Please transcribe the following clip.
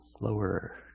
lower